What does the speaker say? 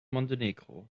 montenegro